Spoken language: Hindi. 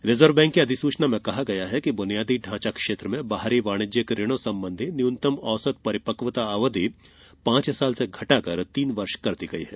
रिज़र्व बैंक की अधिसूचना में कहा गया है कि ब्रनियादी ढांचा क्षेत्र में बाहरी वाणिज्यिक ऋणों संबंधी न्यूनतम औसत परिपक्वता अवधि पांच साल से घटाकर तीन वर्ष कर दी गई है